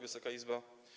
Wysoka Izbo!